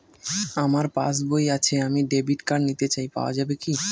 আমার পাসবই আছে আমি ডেবিট কার্ড নিতে চাই পাওয়া যাবে কি?